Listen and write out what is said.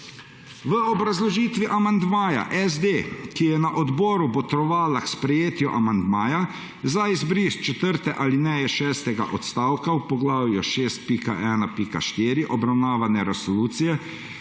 V obrazložitvi amandmaja SD, ki je na odboru botrovala k sprejetju amandmaja za izbris četrte alineje šestega odstavka v poglavju 6.1.4 obravnavane resolucije,